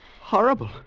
Horrible